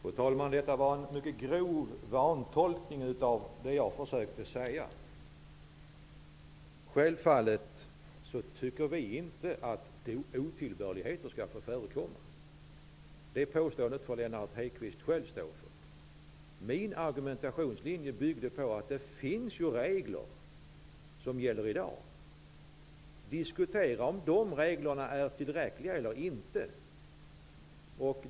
Fru talman! Detta var en mycket grov vantolkning av det jag försökte säga. Självfallet tycker vi inte att otillbörligheter skall få förekomma. Det påståendet får Lennart Hedquist själv stå för. Min argumentationslinje bygger på att det finns regler som gäller i dag. Man får diskutera om de reglerna är tillräckliga eller ej.